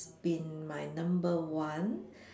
been my number one